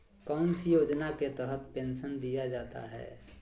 कौन सी योजना के तहत पेंसन दिया जाता है?